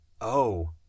Oh